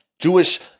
Jewish